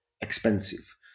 expensive